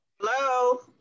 Hello